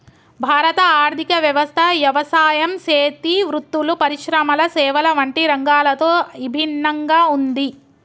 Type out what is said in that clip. భారత ఆర్థిక వ్యవస్థ యవసాయం సేతి వృత్తులు, పరిశ్రమల సేవల వంటి రంగాలతో ఇభిన్నంగా ఉంది